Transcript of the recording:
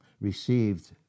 received